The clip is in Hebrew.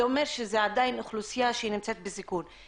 זה אומר שזה עדיין אוכלוסייה שהיא נמצאים בסיכון.